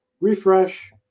refresh